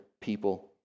people